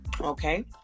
Okay